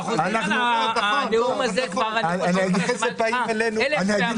לכן הנאום הזה --- אני אגיד לך משהו?